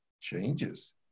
changes